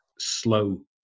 slow